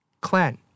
Clan